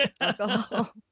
alcohol